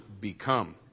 become